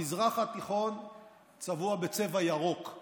המזרח התיכון צבוע בצבע ירוק,